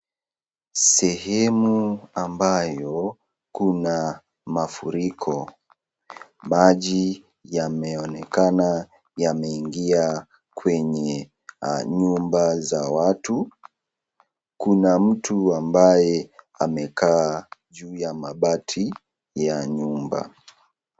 Sehemu ambayo kuna mafuriko, maji yameonekana yameingia kwenye nyumba za watu, kuna mtu ambaye amekaa juu ya mabati ya nyumba.